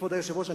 כבוד היושב-ראש,